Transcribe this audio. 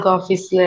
office